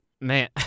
Man